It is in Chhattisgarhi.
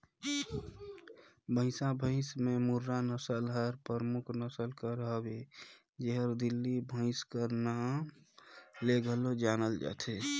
भंइसा भंइस में मुर्रा नसल हर परमुख नसल कर हवे जेहर दिल्ली भंइस कर नांव ले घलो जानल जाथे